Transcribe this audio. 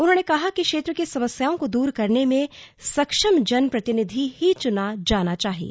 उन्होने कहा कि क्षेत्र की समस्याओं को दूर करने में सक्षम जन प्रतिनिधि ही चुना जाना चाहिए